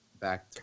back